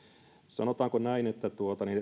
sanotaanko näin että